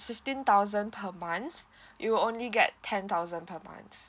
fifteen thousand per month you will only get ten thousand per month